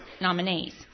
nominees